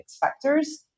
factors